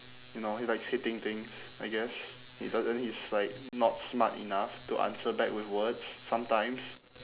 you know he likes hitting things I guess he does and then he's like not smart enough to answer back with words sometimes